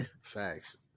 Facts